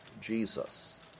Jesus